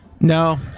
No